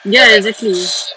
ya exactly